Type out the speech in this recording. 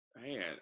man